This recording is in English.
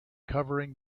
covering